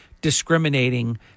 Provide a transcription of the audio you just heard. discriminating